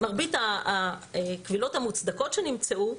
מרבית הקבילות המוצדקות שנמצאו,